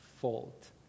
fault